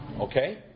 Okay